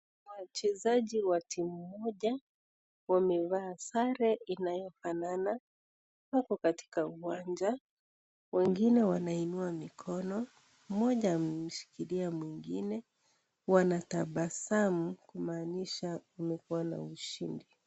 Wachezaji wa timu moja wamevaa sare inayofanana, wako katika uwanja, wengine wanainua mikono, mmoja ameshikilia mwingine, wanatabasamu kumaanisha wamekua na ushindi.